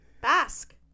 Basque